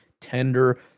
tender